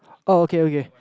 oh okay okay